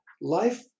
life